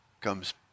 comes